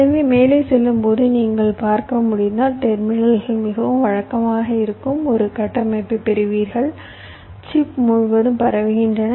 எனவே மேலே செல்லும்போது நீங்கள் பார்க்க முடிந்தால் டெர்மினல்கள் மிகவும் வழக்கமாக இருக்கும் ஒரு கட்டமைப்பைப் பெறுவீர்கள் சிப் முழுவதும் பரவுகின்றன